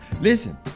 Listen